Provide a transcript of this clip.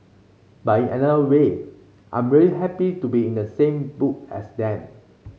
but in another way I'm really happy to be in the same book as them